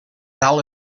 dalt